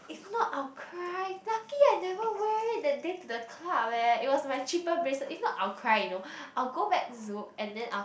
if not I'll cry lucky I never wear it that day to the club eh it was my cheaper bracelet if not I'll cry you know I'll go back Zouk and then I'll